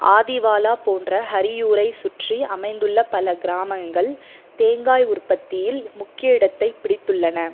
ஆதிவாலா போன்ற ஹரியூரை சுற்றி அமைந்துள்ள பல கிராமங்கள் தேங்காய் உற்பத்தியில் முக்கிய இடத்தைப் பிடித்துள்ளன